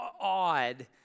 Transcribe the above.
odd